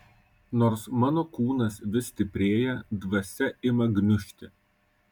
nors mano kūnas vis stiprėja dvasia ima gniužti